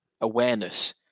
awareness